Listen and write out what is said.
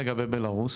מה לגבי בלארוס?